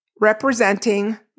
representing